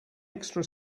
extra